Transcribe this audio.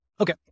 Okay